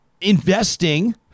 investing